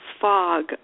fog